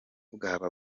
bwaba